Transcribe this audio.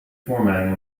formatting